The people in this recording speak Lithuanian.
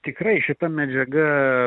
tikrai šita medžiaga